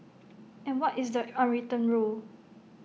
and what is the unwritten rule